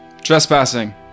Trespassing